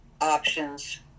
options